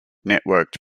networked